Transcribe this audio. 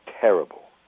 terrible